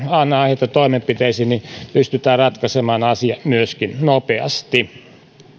anna aihetta toimenpiteisiin pystytään myöskin ratkaisemaan asia nopeasti